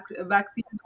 vaccines